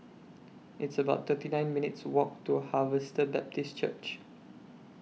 It's about thirty nine minutes' Walk to Harvester Baptist Church